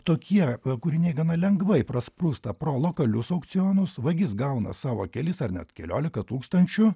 tokie kūriniai gana lengvai prasprūsta pro lokalius aukcionus vagis gauna savo kelis ar net keliolika tūkstančių